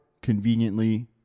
conveniently